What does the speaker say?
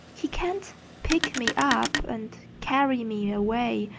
he can't pick me up and carry me away,